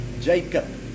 Jacob